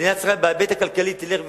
מדינת ישראל, בהיבט הכלכלי, תלך ותעלה,